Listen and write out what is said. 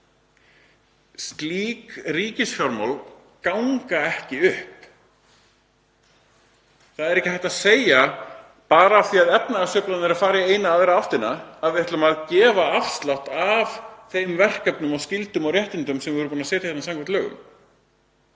Slík ríkisfjármál ganga ekki upp. Það er ekki hægt að segja að bara af því að efnahagssveiflan er að fara í enn aðra áttina, að við ætlum að gefa afslátt af þeim verkefnum og skyldum og réttindum sem við erum búin að setja hérna með lögum.